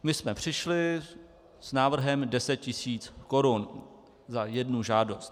My jsme přišli s návrhem 10 tisíc korun za jednu žádost.